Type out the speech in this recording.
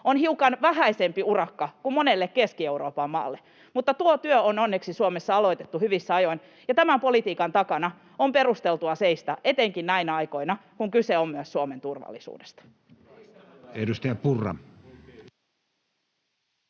on hiukan vähäisempi urakka kuin monelle Keski-Euroopan maalle, ja tuo työ on onneksi Suomessa aloitettu hyvissä ajoin. Tämän politiikan takana on perusteltua seistä etenkin näinä aikoina, kun kyse on myös Suomen turvallisuudesta.